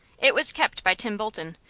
it was kept by tim bolton,